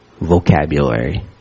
vocabulary